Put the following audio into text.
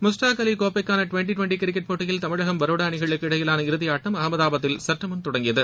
முஸ்தாக் அவி கோப்பைக்கான twenty twenty cricket போட்டியில் தமிழகம் பரோடா அணிகளுக்கு இடையிலான இறுதி ஆட்டம் அம்தாபாத்தில் சற்று முன் தொடங்கியது